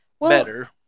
better